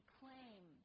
claim